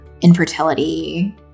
infertility